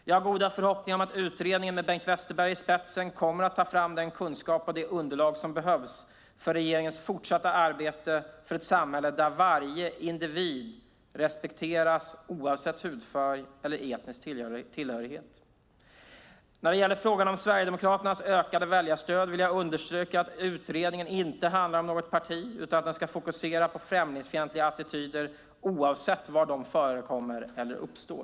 Jag har goda förhoppningar om att utredningen med Bengt Westerberg i spetsen kommer att ta fram den kunskap och det underlag som behövs för regeringens fortsatta arbete för ett samhälle där varje individ respekteras oavsett hudfärg eller etnisk tillhörighet. När det gäller frågan om Sverigedemokraternas ökade väljarstöd vill jag understryka att utredningen inte handlar om något parti utan att den ska fokusera på främlingsfientliga attityder oavsett var de förekommer eller uppstår.